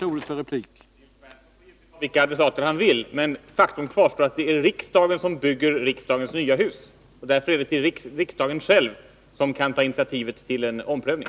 Herr talman! Nils Berndtson får givetvis ha vilka adressater han vill. Men faktum kvarstår: det är riksdagen som bygger riksdagens nya hus. Därför är det riksdagen själv som kan ta initiativ till omprövning.